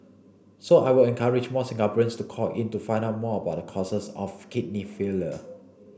so I would encourage more Singaporeans to call in to find out more about the causes of kidney failure